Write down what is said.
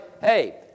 hey